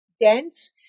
dense